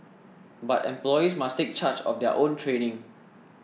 but employees must take charge of their own training